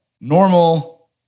normal